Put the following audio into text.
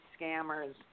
scammers